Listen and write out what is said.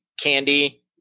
candy